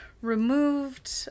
Removed